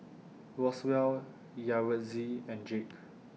Roswell Yaretzi and Jake